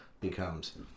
becomes